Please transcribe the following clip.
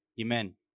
Amen